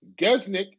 Gesnick